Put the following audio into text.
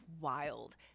wild